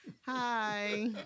hi